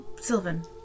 Sylvan